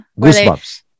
Goosebumps